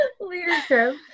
Leadership